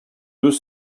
deux